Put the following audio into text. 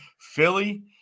Philly